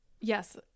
yes